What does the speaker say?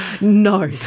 no